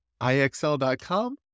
IXL.com